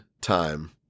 time